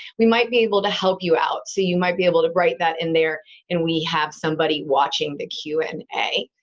we might be able to help you out. you might be able to write that in there and we have somebody watching the q and a.